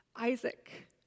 Isaac